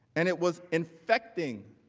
and it was infecting